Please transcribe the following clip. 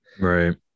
Right